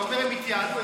אתה אומר שהם התייעלו,